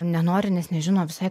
nenori nes nežino visai